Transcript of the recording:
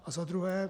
A za druhé.